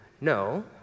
no